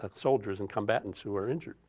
like soldiers and combatants who are injured,